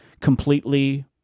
completely